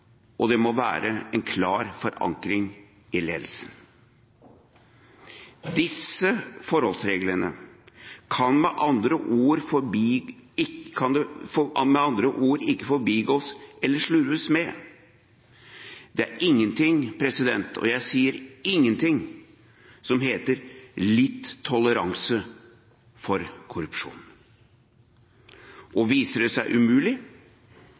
og det må være en klar forankring i ledelsen. Disse forholdsreglene kan med andre ord ikke forbigås eller slurves med. Det er ingenting – jeg understreker, ingenting – som heter litt toleranse for korrupsjon. Viser det seg umulig,